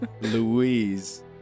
Louise